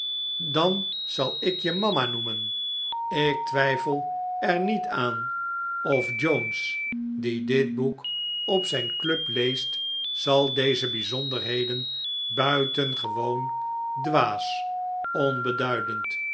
dan zal ik je mama noemen ik twijfel er niet aan of jones die dit boek op zijn club leest zal deze bijzonderheden buitengewoon dwaas onbeduidend